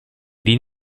dean